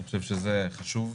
אני חושב שזה חושב.